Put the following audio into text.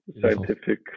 scientific